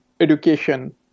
education